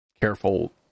careful